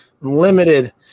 limited